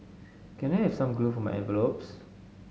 can I have some glue for my envelopes